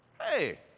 hey